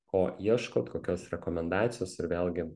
ko ieškot kokios rekomendacijos ir vėlgi